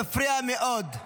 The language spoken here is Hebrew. מפריע מאוד.